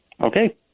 Okay